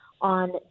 on